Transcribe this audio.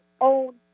own